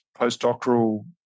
postdoctoral